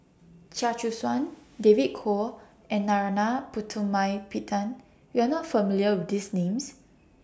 Chia Choo Suan David Kwo and Narana Putumaippittan YOU Are not familiar with These Names